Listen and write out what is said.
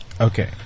Okay